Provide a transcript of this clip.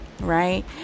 right